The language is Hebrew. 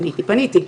פניתי פניתי פניתי,